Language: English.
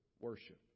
worship